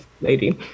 lady